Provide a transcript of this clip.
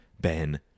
ben